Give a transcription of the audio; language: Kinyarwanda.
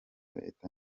leta